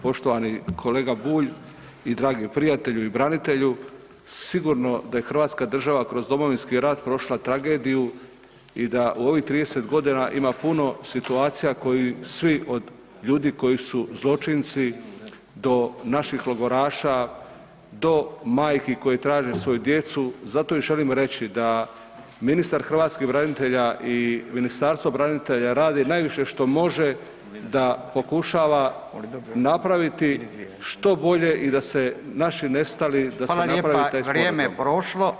Poštovani kolega Bulj i dragi prijatelju i branitelju, sigurno da je hrvatska država kroz Domovinski rat prošla tragediju i da u ovih 30.g. ima puno situacija koju svi od ljudi koji su zločinci do naših logoraša do majki koje traže svoju djecu, zato im želim reći da ministar hrvatskih branitelja i Ministarstvo branitelja rade najviše što može da pokušava napraviti što bolje i da se naši nestali [[Upadica: Fala lijepa, vrijeme prošlo…]] da se napravi taj sporazum.